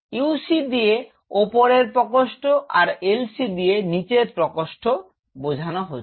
UC দিয়ে ওপরের প্রকোষ্ঠ আর LC দিয়ে নিচের প্রকোষ্ঠ বোঝানো হচ্ছে